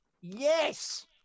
Yes